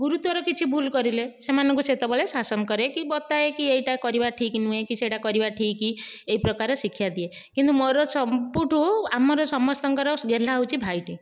ଗୁରୁତ୍ୱର କିଛି ଭୁଲ କରିଲେ ସେମାନଙ୍କୁ ସେତବେଳେ ଶାସନ କରେ କି ବତାଏ କି ଏଇଟା କରିବା ଠିକ ନୁହେଁ କି ସେଇଟା କରିବା ଠିକ୍ ଏହିପ୍ରକାର ଶିକ୍ଷା ଦିଏ କିନ୍ତୁ ମୋର ସବୁଠାରୁ ଆମର ସମସ୍ତଙ୍କର ଗେହ୍ଲା ହେଉଛି ଭାଇଟେ